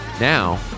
Now